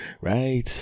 Right